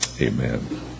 Amen